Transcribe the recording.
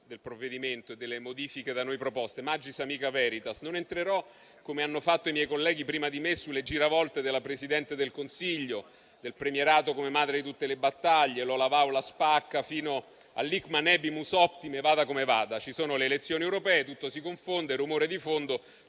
del provvedimento e delle modifiche da noi proposte: *magis amica veritas*. Non entrerò - come hanno fatto i miei colleghi prima di me - sulle giravolte del Presidente del Consiglio, del premierato come madre di tutte le battaglie, su quel "o la va o la spacca", fino all'*hic manebimus optime*, vada come vada. Ci sono le elezioni europee, tutto si confonde ed è rumore di fondo,